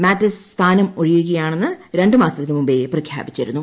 Mattis താൻ സ്ഥാനമൊഴിയുകയാണെന്ന് രണ്ടു മാസത്തിനുമുമ്പെ പ്രഖ്യാപിച്ചിരുന്നു